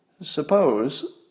Suppose